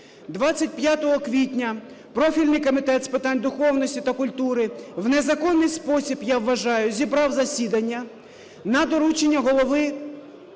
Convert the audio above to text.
25 квітня профільний Комітет з питань духовності та культури в незаконний спосіб, я вважаю, зібрав засідання на доручення Голови